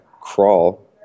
crawl